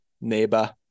neighbor